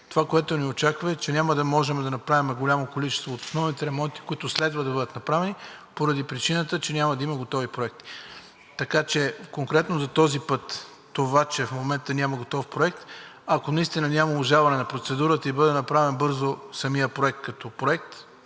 това, което ни очаква, е, че няма да можем да направим голямо количество от основните ремонти, които следва да бъдат направени, защото няма да има готови проекти. Така че конкретно за този път това е, че в момента няма готов проект. Ако наистина няма обжалване на процедурата и бъде направен бързо самият проект, говоря като проект